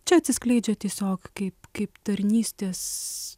čia atsiskleidžia tiesiog kaip kaip tarnystės